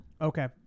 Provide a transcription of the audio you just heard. Okay